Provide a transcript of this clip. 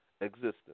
existence